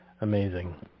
amazing